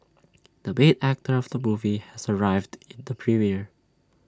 the main actor of the movie has arrived at the premiere